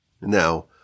Now